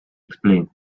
explain